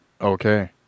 Okay